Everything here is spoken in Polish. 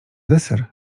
deser